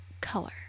color